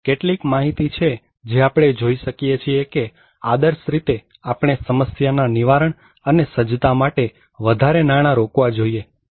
અહીં કેટલીક માહિતી છે જે આપણે જોઈ શકીએ છીએ કે આદર્શ રીતે આપણે સમસ્યાના નિવારણ અને સજ્જતા માટે વધારે નાણાં રોકવા જોઈએ